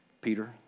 Peter